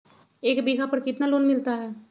एक बीघा पर कितना लोन मिलता है?